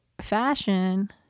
fashion